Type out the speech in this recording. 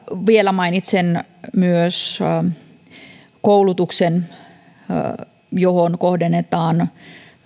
vielä mainitsen myös koulutuksen joka kohdennetaan